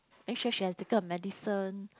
make sure she has taken her medicine